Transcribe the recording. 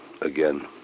again